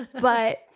but-